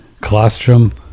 Colostrum